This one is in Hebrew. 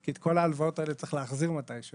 כי את כל ההלוואות האלה צריך להחזיר מתישהו.